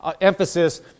emphasis